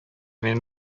мин